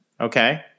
okay